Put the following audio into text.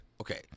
Okay